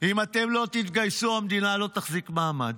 אם אתם לא תתגייסו, המדינה לא תחזיק מעמד.